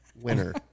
winner